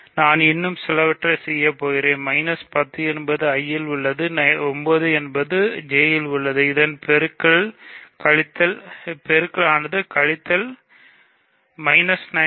நான் இன்னும் சிலவற்றை செய்யப்போகிறேன் 10 என்பது I இல் உள்ளது 9 என்பது J இல் உள்ளது இதன் பெருக்கல் கழித்தல் 90